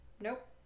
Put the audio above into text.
nope